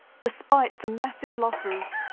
despite the massive losses,